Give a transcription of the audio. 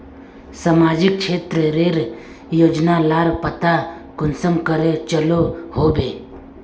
सामाजिक क्षेत्र रेर योजना लार पता कुंसम करे चलो होबे?